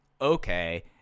okay